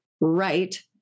Right